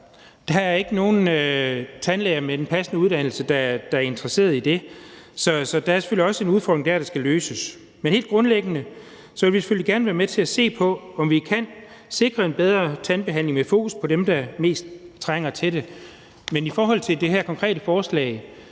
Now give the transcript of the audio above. Der er ikke nogen tandlæger med en passende uddannelse, der er interesseret i det. Så der er selvfølgelig også en udfordring dér, der skal løses. Men helt grundlæggende vil vi selvfølgelig gerne være med til at se på, om vi kan sikre en bedre tandbehandling med fokus på dem, der mest trænger til det. I forhold til det her konkrete forslag